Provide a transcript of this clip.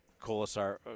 kolasar